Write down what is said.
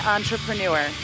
Entrepreneur